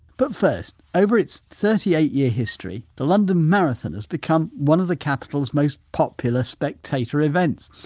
but first, over its thirty eight year history the london marathon has become one of the capital's most popular spectator events.